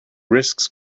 risks